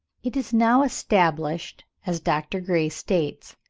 it is now established, as dr. gray states,